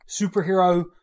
superhero